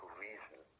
reason